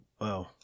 Wow